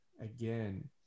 again